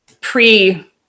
pre